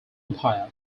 empire